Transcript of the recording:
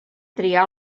triar